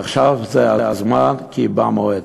עכשיו זה הזמן, כי בא מועד.